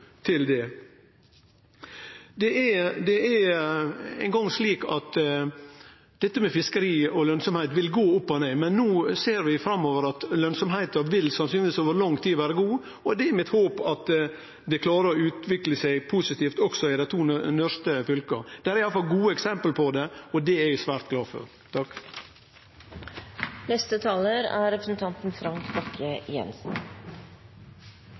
til det. Det er eingong slik at dette med fiskeri og lønsemd vil gå opp og ned, men no ser vi framover at lønsemda sannsynlegvis vil vere god over lang tid, og det er mitt håp at det klarar å utvikle seg positivt også i dei to nordlegaste fylka. Det er iallfall gode eksempel på det, og det er eg svært glad for. Det er ikke min mening å forlenge debatten. Til representanten